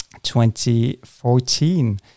2014